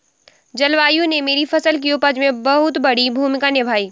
जलवायु ने मेरी फसल की उपज में बहुत बड़ी भूमिका निभाई